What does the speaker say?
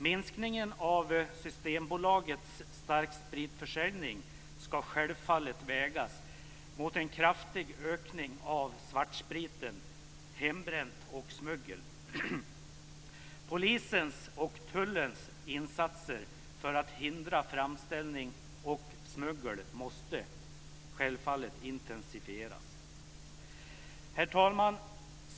Minskningen av Systembolagets starkspritsförsäljning ska självfallet vägas mot en kraftig ökning av svartspriten, hembränt och smuggel. Polisens och tullens insatser för att hindra framställning och smuggel måste självfallet intensifieras. Herr talman!